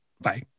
Bye